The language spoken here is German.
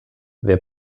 wer